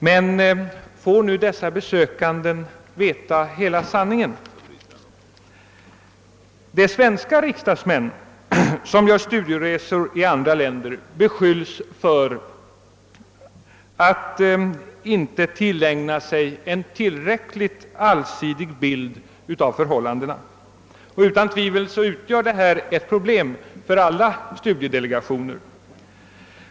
Men får nu dessa besökare veta hela sanningen? De svenska riksdagsmän som gör studieresor till andra länder beskylls för att inte tillägna sig en tillräckligt allsidig bild av förhållandena där. Utan tvivel utgör detta ett problem för alla studiedelegationer.